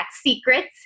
secrets